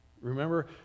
Remember